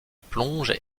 plonge